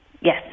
Yes